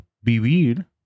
vivir